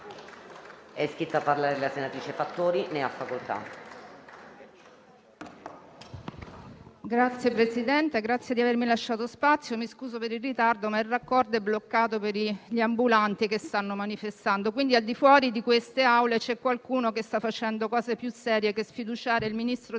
Signor Presidente, grazie di avermi lasciato spazio. Mi scuso per il ritardo, ma il Grande raccordo anulare è bloccato dagli ambulanti che stanno manifestando: al di fuori di queste Aule c'è qualcuno che sta facendo cose più serie che sfiduciare il Ministro